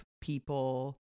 people